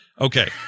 Okay